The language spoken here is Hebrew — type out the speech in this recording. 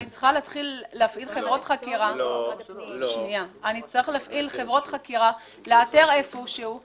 אני צריכה להתחיל להפעיל חברות חקירה ולאתר איפה הוא.